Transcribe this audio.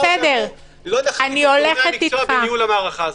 את גורמי המקצוע בניהול המערכה הזאת.